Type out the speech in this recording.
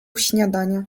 śniadania